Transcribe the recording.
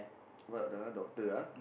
what the other one doctor ah